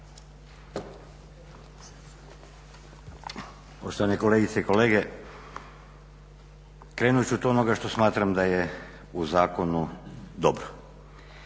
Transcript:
Poštovane kolegice i kolege. Krenut ću od onoga što smatram da je u zakonu dobru.